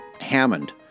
Hammond